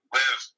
live